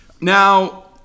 Now